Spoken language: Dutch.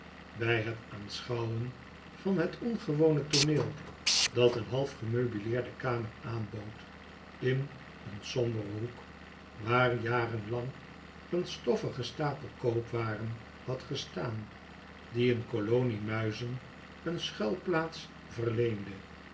bij het aanschouwen van het ongewone tooneel dat een half gemeubileerde kamer aanbood in een somberen hoek waar jarenlang een stoffige stapel koopwaren had gestaan die een kolonie muizen een schuilplaats verleende